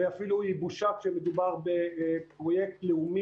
והיא אפילו בושה כשמדובר בפרויקט לאומי